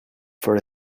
for